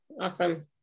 Awesome